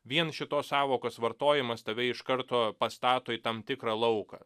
vien šitos sąvokos vartojimas tave iš karto pastato į tam tikrą lauką